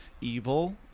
evil